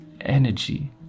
energy